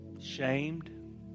Shamed